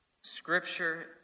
Scripture